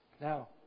Now